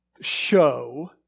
show